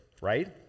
right